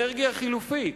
אנרגיה חלופית,